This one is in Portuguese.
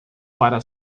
para